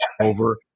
over